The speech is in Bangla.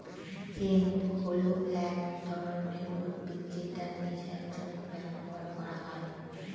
হেম্প হল এক ধরনের উদ্ভিদ যেটা নেশার জন্য ব্যবহার করা হয়